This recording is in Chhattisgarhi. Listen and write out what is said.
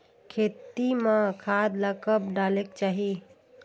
खेती म खाद ला कब डालेक चाही?